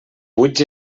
buits